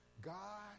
God